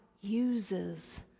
uses